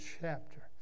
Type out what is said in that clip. chapter